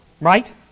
right